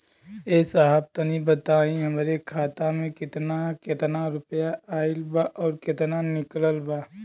ए साहब तनि बताई हमरे खाता मे कितना केतना रुपया आईल बा अउर कितना निकलल बा?